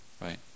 right